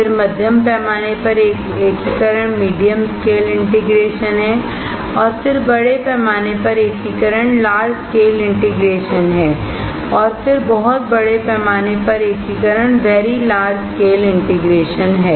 फिर मध्यम पैमाने पर एकीकरण है फिर बड़े पैमाने पर एकीकरण और फिर बहुत बड़े पैमाने पर एकीकरण है